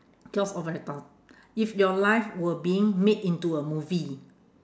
yours all very tough if your life were being made into a movie